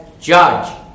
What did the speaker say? Judge